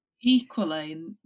equally